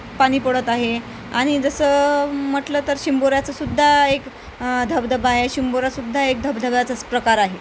पाणी पडत आहे आणि जसं म्हटलं तर शिंबोऱ्याचं सुद्धा एक धबधबा आहे शिंबोरासुद्धा एक धबधब्याचाच प्रकार आहे